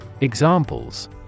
Examples